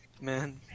Man